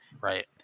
right